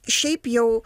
šiaip jau